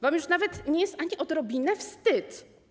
Wam już nawet nie jest ani odrobinę wstyd.